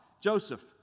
Joseph